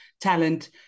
talent